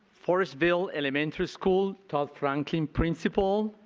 forestville, elementary school, todd franklin principal.